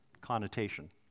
connotation